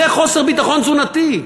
זה חוסר ביטחון תזונתי.